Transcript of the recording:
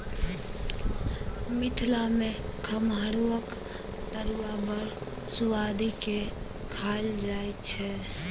मिथिला मे खमहाउरक तरुआ बड़ सुआदि केँ खाएल जाइ छै